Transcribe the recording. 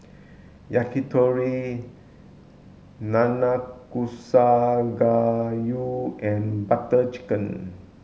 Yakitori Nanakusa Gayu and Butter Chicken